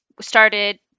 started